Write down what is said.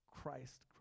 Christ